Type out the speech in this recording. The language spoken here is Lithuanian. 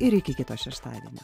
ir iki kito šeštadienio